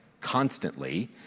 constantly